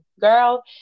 Girl